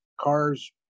cars